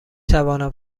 توانم